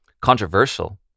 controversial